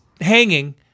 hanging